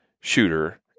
shooter